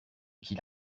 qu’il